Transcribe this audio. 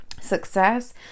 success